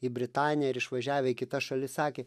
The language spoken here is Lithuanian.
į britaniją ir išvažiavę į kitas šalis sakė